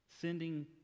sending